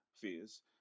fears